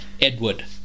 Edward